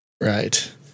Right